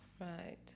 Right